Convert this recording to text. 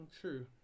True